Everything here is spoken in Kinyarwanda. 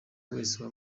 wese